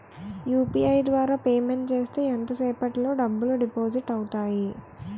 UPI ద్వారా payment చేస్తే ఎంత సేపటిలో డబ్బులు డిపాజిట్ అవుతాయి?